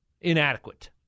Inadequate